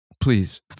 please